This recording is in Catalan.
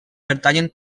pertanyen